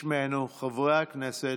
בשמנו, חברי הכנסת,